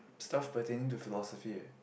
stuff pertaining to philosophy